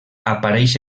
apareix